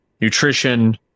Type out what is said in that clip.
nutrition